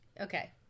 Okay